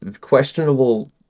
questionable